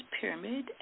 Pyramid